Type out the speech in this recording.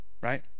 right